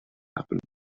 happened